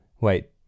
wait